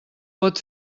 pot